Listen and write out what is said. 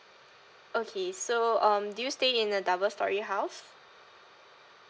okay so um do you stay in a double storey house